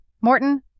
Morton